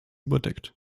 überdeckt